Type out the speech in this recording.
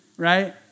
right